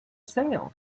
sale